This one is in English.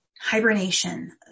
hibernation